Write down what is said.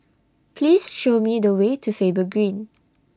Please Show Me The Way to Faber Green